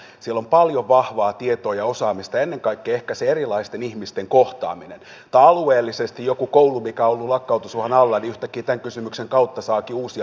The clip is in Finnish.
siellä on paljon vahvaa tietoa ja osaamista ja ennen kaikkea ehkä se erilaisten ihmisten kohtaaminen tai alueellisesti joku koulu mikä on ollut lakkautusuhan alla saakin yhtäkkiä tämän kysymyksen kautta uusia mahdollisuuksia